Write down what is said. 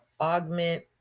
augment